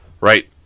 right